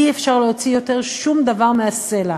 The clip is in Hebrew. אי-אפשר להוציא יותר שום דבר מהסלע.